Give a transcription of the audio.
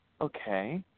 okay